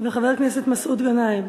וחבר הכנסת מסעוד גנאים.